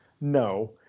no